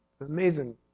Amazing